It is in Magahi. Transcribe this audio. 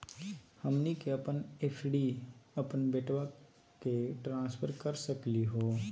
हमनी के अपन एफ.डी अपन बेटवा क ट्रांसफर कर सकली हो?